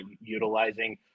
utilizing